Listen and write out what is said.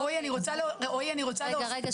אני רוצה